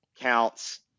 counts